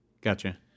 gotcha